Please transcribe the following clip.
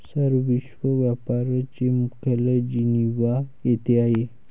sir, विश्व व्यापार चे मुख्यालय जिनिव्हा येथे आहे